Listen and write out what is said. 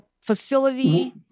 facility